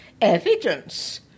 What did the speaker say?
evidence